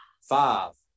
five